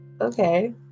okay